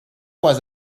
was